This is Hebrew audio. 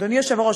אדוני היושב-ראש,